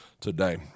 today